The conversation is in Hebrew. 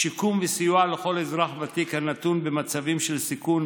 שיקום וסיוע לכל אזרח ותיק הנתון במצבים של שיקום,